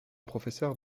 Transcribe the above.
professeur